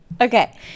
okay